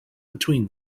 between